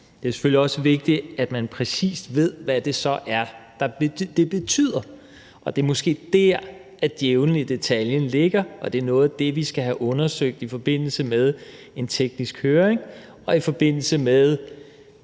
Det er selvfølgelig også vigtigt, at man præcis ved, hvad det betyder, og det er måske der, at djævelen i detaljen ligger. Det er noget af det, vi skal have undersøgt i forbindelse med en teknisk høring, og i forbindelse med